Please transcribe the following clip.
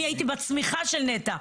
אני הייתי בצמיחה של נת"ע,